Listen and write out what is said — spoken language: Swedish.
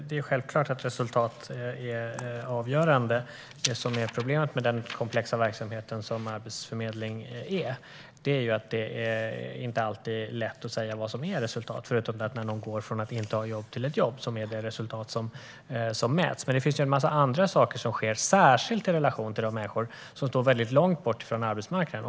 Fru talman! Självklart är resultat avgörande. Problemet med Arbetsförmedlingens komplexa verksamhet är dock att det inte alltid är lätt att säga vad som är resultat, förutom när någon går från att inte ha jobb till att ha ett jobb, vilket är det resultat som mäts. Men det finns ju en massa andra saker som görs, särskilt i relation till de människor som står väldigt långt från arbetsmarknaden.